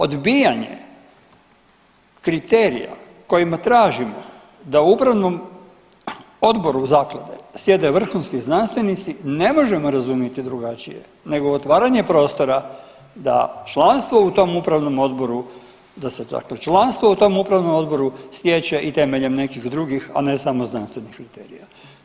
Odbijanje kriterija kojima tražimo da u Upravnom odboru zaklade sjede vrhunski znanstvenici ne možemo razumjeti drugačije nego otvaranje prostora da članstvo u tom Upravnom odboru, da se dakle članstvo u tom Upravnom odboru stječe i temeljem nekih drugih, a ne samo znanstvenih kriterija.